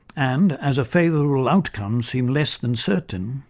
and, as a favourable outcome seems less than certain,